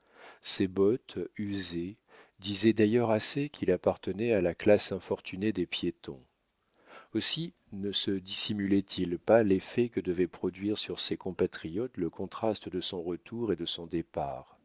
ses bottes usées disaient d'ailleurs assez qu'il appartenait à la classe infortunée des piétons aussi ne se dissimulait il pas l'effet que devait produire sur ses compatriotes le contraste de son retour et de son départ